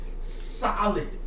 Solid